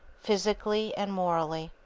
physically, and morally.